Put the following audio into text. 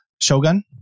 Shogun